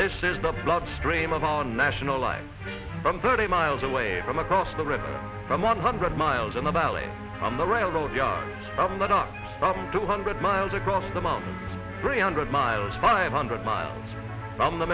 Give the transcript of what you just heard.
this is the blood stream of on national lines from thirty miles away from across the river from one hundred miles in the valley from the railroad yard i'm not from two hundred miles across the mountains three hundred miles five hundred miles from the